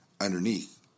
Underneath